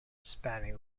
spanning